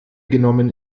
genommen